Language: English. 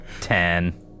Ten